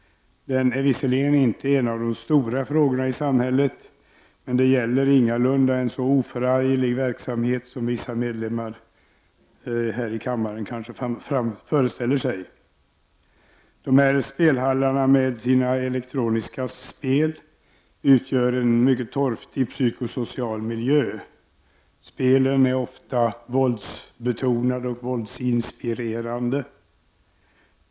Den är visserligen inte en av de stora frågorna i samhället, men det gäller ingalunda en så oförarglig verksamhet som vissa medlemmar av denna kammare kanske föreställer sig. Dessa spelhallar med sina elektroniska spel utgör en mycket torftig psykosocial miljö. Spelen är ofta våldsbetonade och våldsinspirerande.